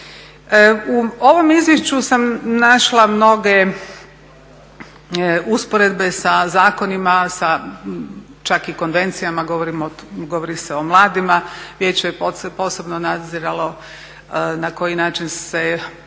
U ovom izvješću sam našla mnoge usporedbe sa zakonima, sa čak i konvencijama. Govori se o mladima, vijeće je posebno nadziralo na koji način se